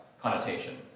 connotation